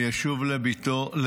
מי ישוב לביתו,